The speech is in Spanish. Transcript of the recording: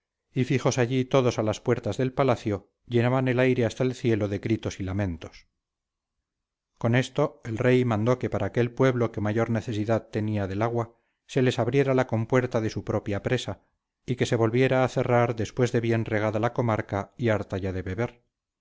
y fijos allí todos a las puertas de palacio llenaban el aire hasta el cielo de gritos y lamentos con esto el rey mandó que para aquel pueblo que mayor necesidad tenía del agua se les abriera la compuerta de su propia presa y que se volviera a cerrar después de bien regada la comarca y harta ya de beber